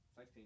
16